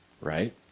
right